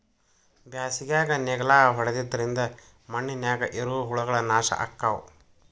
ಬ್ಯಾಸಿಗ್ಯಾಗ ನೇಗ್ಲಾ ಹೊಡಿದ್ರಿಂದ ಮಣ್ಣಿನ್ಯಾಗ ಇರು ಹುಳಗಳು ನಾಶ ಅಕ್ಕಾವ್